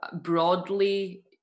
broadly